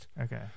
Okay